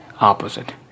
opposite